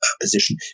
position